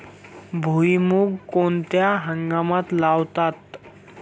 भुईमूग कोणत्या हंगामात लावतात?